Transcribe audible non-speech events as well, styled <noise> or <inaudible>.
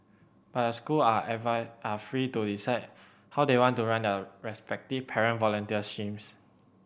but the school are <unintelligible> are free to decide how they want to run their respective parent volunteer schemes